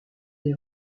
les